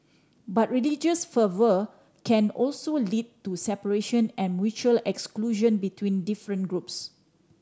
but religious fervour can also lead to separation and mutual exclusion between different groups